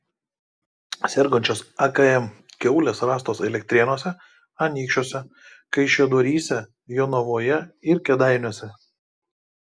sergančios akm kiaulės rastos elektrėnuose anykščiuose kaišiadoryse jonavoje ir kėdainiuose